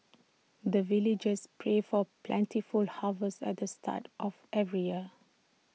the villagers pray for plentiful harvest at the start of every year